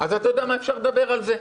אפשר לדבר על זה.